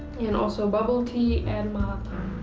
and also bubble tea and malatang.